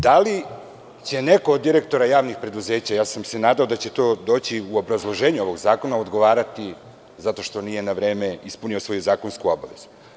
Da li će neko od direktora javnih preduzeća, nadao sam se da će to doći u obrazloženju ovog zakona, odgovarati zato što nije na vreme ispunio svoju zakonsku obavezu.